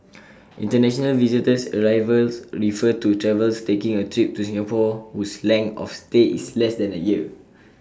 International visitor arrivals refer to travellers taking A trip to Singapore whose length of stay is less than A year